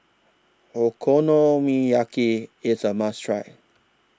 Okonomiyaki IS A must Try